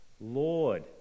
Lord